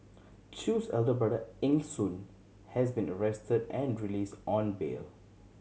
Chew's older brother Eng Soon has been arrested and released on bail